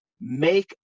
make